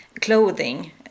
clothing